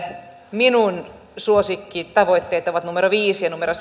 minun suosikkitavoitteeni ovat numero viisi ja numero